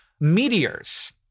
meteors